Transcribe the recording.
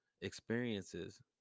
experiences